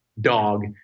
dog